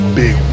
big